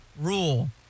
rule